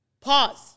pause